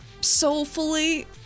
Soulfully